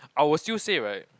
I'll still say right